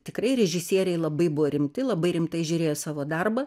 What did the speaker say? tikrai režisieriai labai buvo rimti labai rimtai žiūrėjo į savo darbą